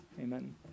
Amen